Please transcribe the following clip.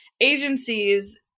agencies